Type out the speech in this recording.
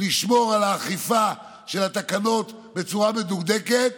לשמור על האכיפה של התקנות בצורה מדוקדקת